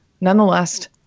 Nonetheless